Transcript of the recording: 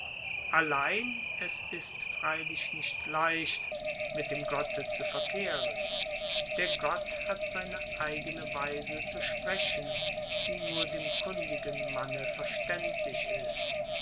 allein es ist freilich nicht leicht mit dem gotte zu verkehren der gott hat seine eigene weise zu sprechen die nur dem kundigen manne verstaendlich ist